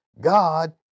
God